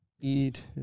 eat